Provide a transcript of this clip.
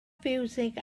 fiwsig